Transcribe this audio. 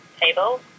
table